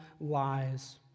lies